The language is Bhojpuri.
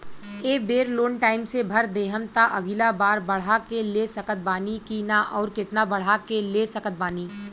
ए बेर लोन टाइम से भर देहम त अगिला बार बढ़ा के ले सकत बानी की न आउर केतना बढ़ा के ले सकत बानी?